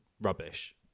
rubbish